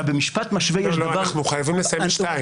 אנחנו חייבים לסיים ב-14:00.